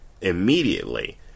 immediately